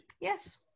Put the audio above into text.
Yes